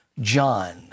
John